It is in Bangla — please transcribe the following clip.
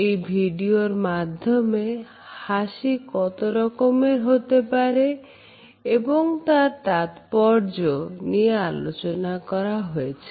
এই ভিডিওর মাধ্যমে হাসি কত রকমের হতে পারে এবং তার তাৎপর্য নিয়ে আলোচনা করা হয়েছে